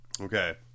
Okay